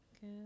Good